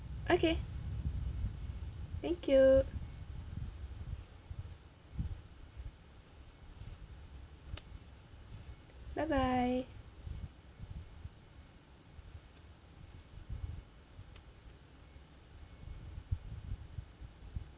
okay thank you bye bye